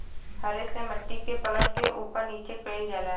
हरे से मट्टी के पलट के उपर नीचे कइल जाला